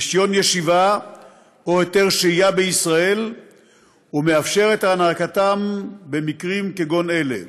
רישיון ישיבה או היתר שהייה בישראל ומאפשר את הענקתם במקרים כגון אלה: